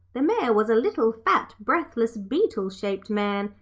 the mayor was a little, fat, breathless, beetle-shaped man,